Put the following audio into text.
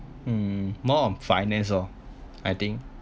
hmm more on finance oh I think